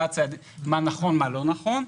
מה נכון ומה לא נכון.